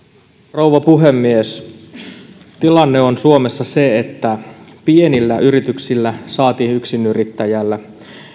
rouva puhemies tilanne on suomessa se että pienillä yrityksillä saati yksinyrittäjällä